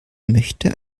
möchte